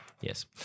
Yes